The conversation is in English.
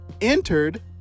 entered